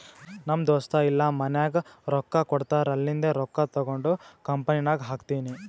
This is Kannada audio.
ನಮ್ ದೋಸ್ತ ಇಲ್ಲಾ ಮನ್ಯಾಗ್ ರೊಕ್ಕಾ ಕೊಡ್ತಾರ್ ಅಲ್ಲಿಂದೆ ರೊಕ್ಕಾ ತಗೊಂಡ್ ಕಂಪನಿನಾಗ್ ಹಾಕ್ತೀನಿ